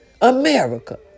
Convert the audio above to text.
America